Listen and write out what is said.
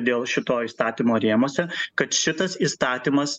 dėl šito įstatymo rėmuose kad šitas įstatymas